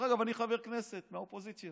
דרך אגב, אני חבר כנסת מהאופוזיציה.